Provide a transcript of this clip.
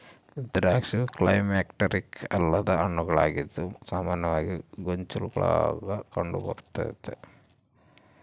ದ್ರಾಕ್ಷಿಯು ಕ್ಲೈಮ್ಯಾಕ್ಟೀರಿಕ್ ಅಲ್ಲದ ಹಣ್ಣುಗಳಾಗಿದ್ದು ಸಾಮಾನ್ಯವಾಗಿ ಗೊಂಚಲುಗುಳಾಗ ಕಂಡುಬರ್ತತೆ